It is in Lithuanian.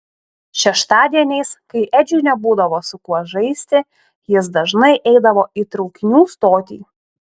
šeštadieniais kai edžiui nebūdavo su kuo žaisti jis dažnai eidavo į traukinių stotį